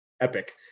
epic